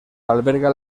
alberga